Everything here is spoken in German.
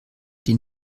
die